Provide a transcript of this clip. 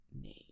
name